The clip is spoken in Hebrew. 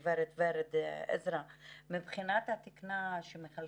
הצעה שמבטיחה את התשלום של 2019 גם בשנת 2020 לאותם בתי חולים,